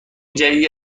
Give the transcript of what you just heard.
جدیدی